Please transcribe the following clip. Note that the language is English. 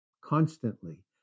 constantly